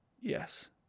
yes